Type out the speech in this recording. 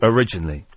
Originally